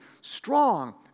strong